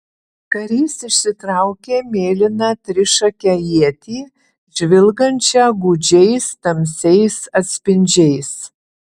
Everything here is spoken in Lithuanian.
karys išsitraukė mėlyną trišakę ietį žvilgančią gūdžiais tamsiais atspindžiais